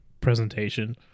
presentation